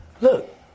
Look